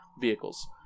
vehicles